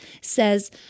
says